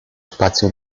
spazio